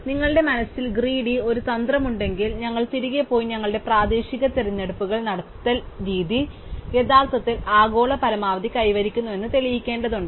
അതിനാൽ നിങ്ങളുടെ മനസ്സിൽ ഗ്രീഡി ഒരു തന്ത്രമുണ്ടെങ്കിൽ ഞങ്ങൾ തിരികെ പോയി ഞങ്ങളുടെ പ്രാദേശിക തിരഞ്ഞെടുപ്പുകൾ നടത്തിയ രീതി യഥാർത്ഥത്തിൽ ആഗോള പരമാവധി കൈവരിക്കുന്നുവെന്ന് തെളിയിക്കേണ്ടതുണ്ട്